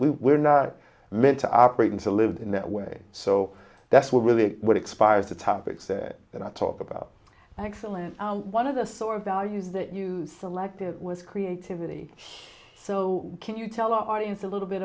were not meant to operate in to live in that way so that's what really what expires the topics that i talk about excellence one of the sort of values that you selected was creativity so can you tell our audience a little bit